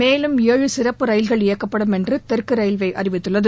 மேலும் ஏழு சிறப்பு ரயில்கள் இயக்கப்படும் என்று தெற்கு ரயில்வே அறிவித்துள்ளது